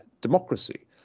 democracy